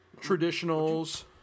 traditionals